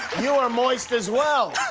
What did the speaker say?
you are moist, as well.